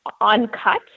uncut